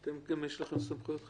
גם לכם יש סמכויות חקירה?